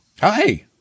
hi